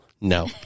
no